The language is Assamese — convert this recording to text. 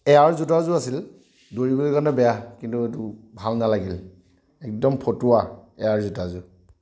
এয়াৰ জোতাযোৰ আছিল দৌৰিবলৈ কাৰণে বেয়া কিন্তু এইটো ভাল নালাগিল একদম ফটুৱা এয়াৰ জোতাযোৰ